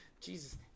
Jesus